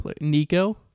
Nico